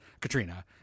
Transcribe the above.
Katrina